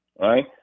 Right